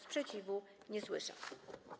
Sprzeciwu nie słyszę.